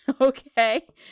Okay